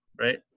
Right